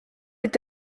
est